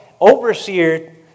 Overseer